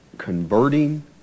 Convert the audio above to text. Converting